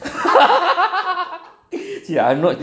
see I'm not kidding